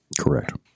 Correct